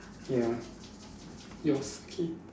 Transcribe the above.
ya yours okay